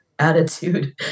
attitude